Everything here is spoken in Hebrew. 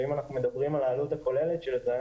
ואם אנחנו מדברים על העלות הכוללת של זה,